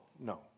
no